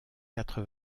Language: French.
quatre